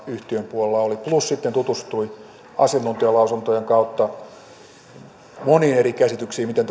yhtiön puolella oli plus sitten tutustui asiantuntijalausuntojen kautta moniin eri käsityksiin miten